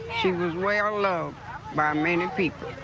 she was rare low for um many people.